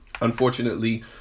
unfortunately